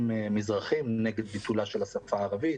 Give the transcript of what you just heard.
מזרחים נגד ביטולה של השפה הערבית,